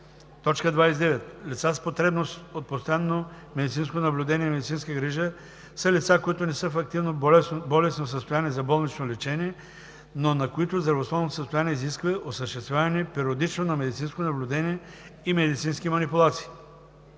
29. „Лица с потребност от постоянно медицинско наблюдение и медицинска грижа“ са лица, които не са в активно болестно състояние за болнично лечение, но на които здравословното състояние изисква осъществяване периодично на медицинско наблюдение и медицински манипулации.